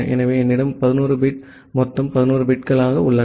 எனவே என்னிடம் 11 பிட் மொத்தம் 11 பிட்கள் உள்ளன